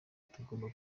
tugomba